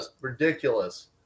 ridiculous